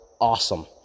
awesome